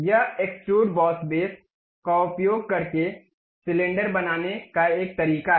यह extruded boss base का उपयोग करके सिलेंडर बनाने का एक तरीका है